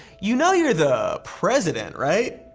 you know you're the president, right?